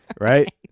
Right